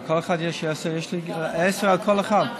יש לי עשר לכל אחת.